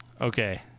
Okay